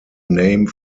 name